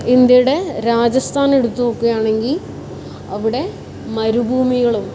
ഇന്ത്യയുടെ രാജസ്ഥാൻ എടുത്ത് നോക്കുകയാണെങ്കിൽ അവിടെ മരുഭൂമികളും